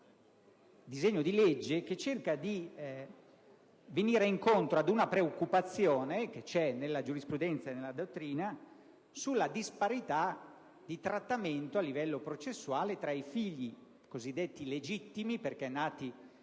tale disegno di legge si cerca di andare incontro ad una preoccupazione che esiste nella giurisprudenza e nella dottrina sulla disparità di trattamento a livello processuale tra i figli cosiddetti legittimi, perché nati